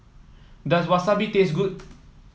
does Wasabi taste good